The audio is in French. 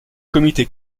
comité